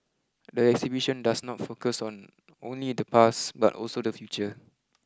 the exhibition does not focus on only the past but also the future